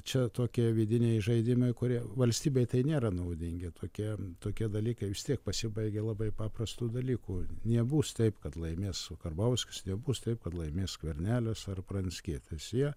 čia tokie vidiniai žaidimai kurie valstybei tai nėra naudingi tokie tokie dalykai vis tiek pasibaigia labai paprastu dalyku niebus taip kad laimės karbauskis nebus taip kad laimės skvernelis ar pranckietis jie